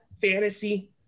fantasy